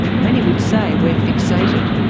many would say we are fixated.